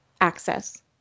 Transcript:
access